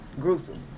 Gruesome